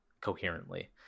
coherently